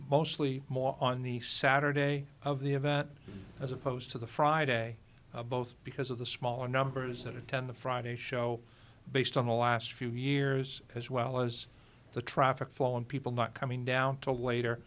mostly more on the saturday of the event as opposed to the friday both because of the smaller numbers that attend the friday show based on the last few years as well as the traffic flow and people not coming down to later